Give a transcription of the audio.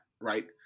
Right